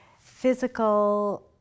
physical